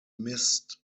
missed